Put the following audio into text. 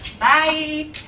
Bye